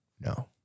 No